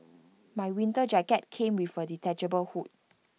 my winter jacket came with A detachable hood